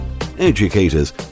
educators